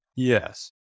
Yes